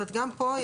גם פה,